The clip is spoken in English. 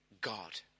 God